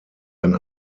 ein